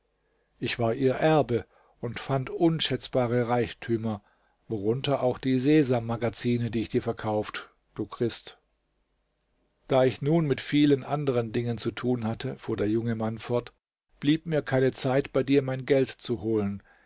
ich war ihr erbe und fand unschätzbare reichtümer worunter auch die sesam magazine die ich dir verkauft du christ da ich nun mit vielen anderen dingen zu tun hatte fuhr der junge mann fort blieb mir keine zeit bei dir mein geld zu holen